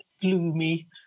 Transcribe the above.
gloomy